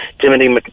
Timothy